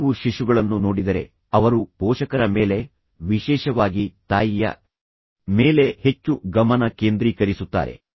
ನೀವು ಶಿಶುಗಳನ್ನು ನೋಡಿದರೆ ಅವರು ಪೋಷಕರ ಮೇಲೆ ವಿಶೇಷವಾಗಿ ತಾಯಿಯ ಮೇಲೆ ಹೆಚ್ಚು ಗಮನ ಕೇಂದ್ರೀಕರಿಸುತ್ತಾರೆ